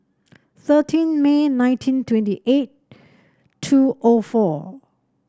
thirteen May nineteen twenty eight two O four